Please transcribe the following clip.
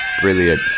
brilliant